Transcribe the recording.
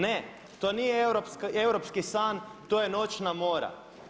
Ne, to nije europski san to je noćna mora.